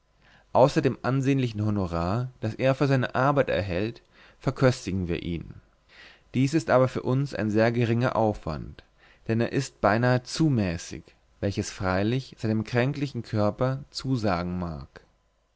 dem ansehnlichen honorar das er für seine arbeit erhält verköstigen wir ihn dies ist aber für uns ein sehr geringer aufwand denn er ist beinahe zu mäßig welches freilich seinem kränklichen körper zusagen mag